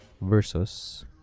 Versus